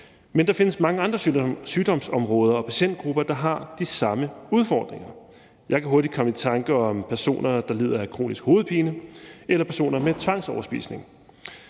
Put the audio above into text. Men der findes mange andre sygdomsområder og patientgrupper, der har de samme udfordringer. Jeg kan hurtigt komme i tanke om personer, der lider af kronisk hovedpine, eller personer med tvangsoverspisning.